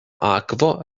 akvo